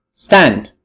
stand!